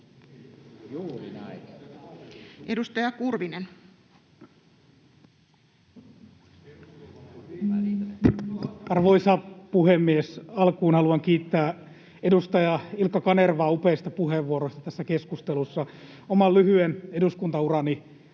Edustaja Kurvinen. Arvoisa puhemies! Alkuun haluan kiittää edustaja Ilkka Kanervaa upeista puheenvuoroista tässä keskustelussa. Oman lyhyen eduskuntaurani